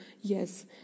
Yes